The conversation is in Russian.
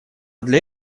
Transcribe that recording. для